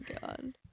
God